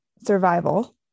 survival